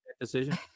decision